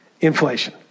inflation